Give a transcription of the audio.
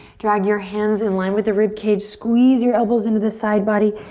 drag your hands in line with the rib cage, squeeze your elbows into the side body,